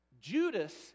Judas